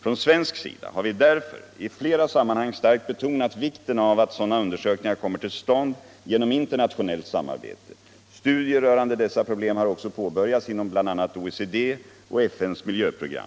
Från svensk sida har vi därför i flera sammanhang starkt betonat vikten av att sådana undersökningar kommer till stånd genom internationellt samarbete. Studier rörande dessa problem har också påbörjats inom bl.a. OECD och FN:s miljöprogram.